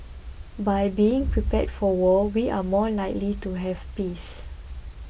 by being prepared for war we are more likely to have peace